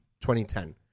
2010